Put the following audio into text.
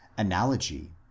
Analogy